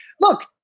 Look